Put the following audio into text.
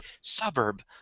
suburb